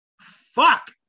Fuck